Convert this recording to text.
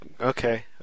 Okay